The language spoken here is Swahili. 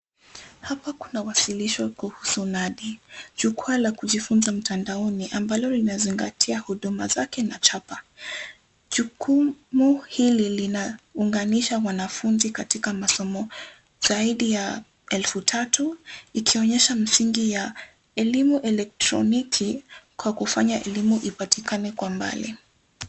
Hapa kunawasilisho kuhusu nadhi. Jukwaa la kujifunza mtandaoni ambalo zinazingatia huduma zake na chapa. Jukumu hili linaunganisha wanafunzi katika masomo zaidi ya elfu tatu, ikionyesha misingi ya elimu elektroniki kwa kufanya elimu ipatikane kwa mbali.